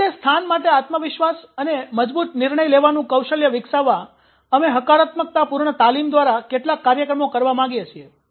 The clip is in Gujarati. હવે તે સ્થાન માટે આત્મવિશ્વાસ અને મજબૂત નિર્ણય લેવાનું કૌશલ્ય વિકસાવવા અમે હકારાત્મકતાપૂર્ણ તાલીમ દ્વારા કેટલાક કાર્યક્રમો કરવા માંગીએ છીએ